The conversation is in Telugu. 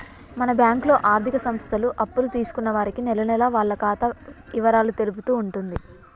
మన బ్యాంకులో ఆర్థిక సంస్థలు అప్పులు తీసుకున్న వారికి నెలనెలా వాళ్ల ఖాతా ఇవరాలు తెలుపుతూ ఉంటుంది